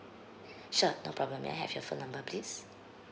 sure no problem may I have your phone number please